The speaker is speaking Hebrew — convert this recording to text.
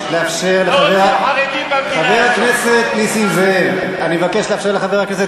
חבר הכנסת נסים זאב, כפליט יהודי, תשוב לעיראק.